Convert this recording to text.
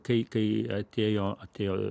kai kai atėjo atėjo